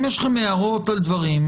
אם יש לכם הערות על דברים,